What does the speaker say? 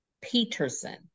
Peterson